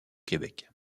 québec